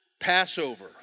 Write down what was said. Passover